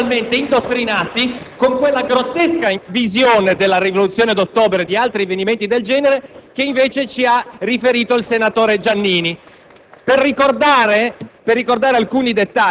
Purtroppo gli studenti delle scuole vengono generalmente indottrinati con quella grottesca visione della Rivoluzione d'ottobre e di altri avvenimenti del genere che invece ci ha riferito il senatore Giannini.